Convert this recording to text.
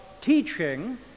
teaching